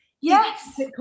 Yes